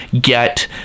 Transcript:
get